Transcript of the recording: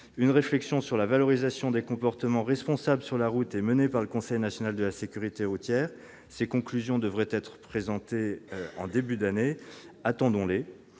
Une réflexion sur la valorisation des comportements responsables sur la route est menée par le Conseil national de la sécurité routière. Ses conclusions devraient être présentées en ce début d'année. Attendons-les.